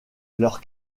leur